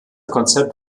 konzept